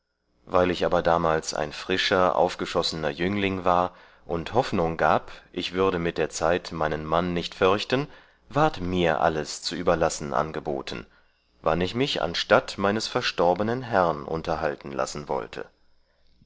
weil ich aber damals ein frischer aufgeschossener jüngling war und hoffnung gab ich würde mit der zeit meinen mann nicht förchten ward mir alles zu überlassen angeboten wann ich mich anstatt meines verstorbenen herrn unterhalten lassen wollte